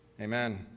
amen